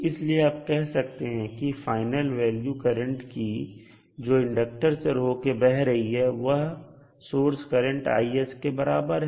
इसलिए आप कह सकते हैं कि फाइनल वैल्यू करंट की जो इंडक्टर से होकर बह रही है वह सोर्स करंट Is के बराबर है